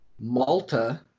Malta